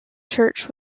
church